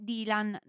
Dylan